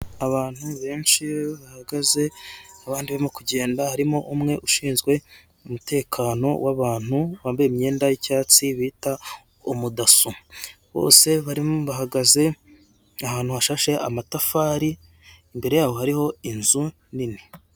Abantu benshi bahagaze, abandi barimo kugenda, harimo umwe ushinzwe umutekano w'abantu bambaye imyenda y'icyatsi, bita umudaso, bose barimo bahagaze ahantu hashashe amatafari, imbere yaho hariho inzu nini.